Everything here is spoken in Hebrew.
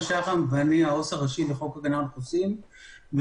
ואני עובד סוציאלי ראשי בחוק הגנה על חוסים ומנהל